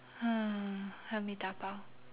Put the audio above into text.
hmm help me dabao